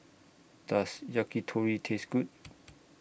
Does Yakitori Taste Good